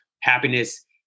happiness